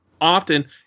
often